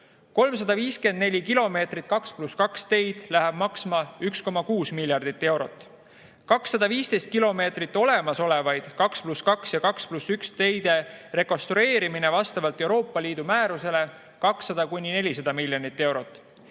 354 kilomeetrit 2 + 2 teid läheb maksma 1,6 miljardit eurot, 215 kilomeetrit olemasolevate 2 + 2 ja 2 + 1 teede rekonstrueerimist vastavalt Euroopa Liidu määrusele 200–400 miljonit eurot,